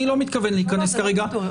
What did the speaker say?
אני לא מתכוון להיכנס כרגע לתוך זה.